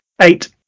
Eight